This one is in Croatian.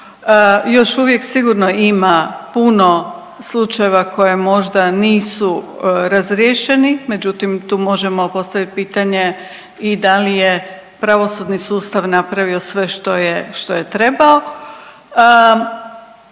još uvijek sigurno ima puno slučajeva koje možda nisu razriješeni. Međutim, tu možemo postaviti pitanje i da li je pravosudni sustav napravio sve što je, što